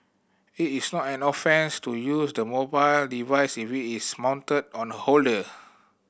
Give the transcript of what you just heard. it is not an offence to use the mobile device if it is mounted on a holder